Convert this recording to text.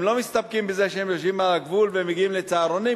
הם לא מסתפקים בזה שהם יושבים על הגבול ומגיעים ל"סהרונים",